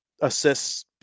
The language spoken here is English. assists